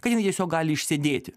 kad jinai tiesiog gali išsėdėti